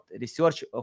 research